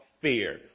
fear